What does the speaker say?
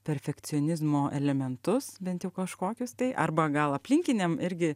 perfekcionizmo elementus bent jau kažkokius tai arba gal aplinkiniam irgi